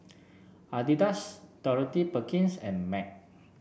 Adidas Dorothy Perkins and Mac